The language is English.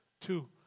Two